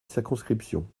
circonscription